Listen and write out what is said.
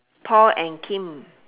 paul and kim